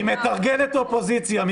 היא מתרגלת אופוזיציה...